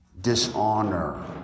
dishonor